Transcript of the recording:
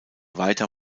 weiter